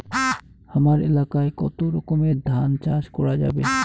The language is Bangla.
হামার এলাকায় কতো রকমের ধান চাষ করা যাবে?